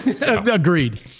Agreed